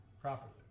properly